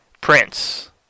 Prince